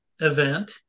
event